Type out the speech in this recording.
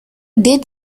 did